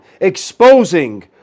exposing